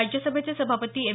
राज्यसभेचे सभापती एम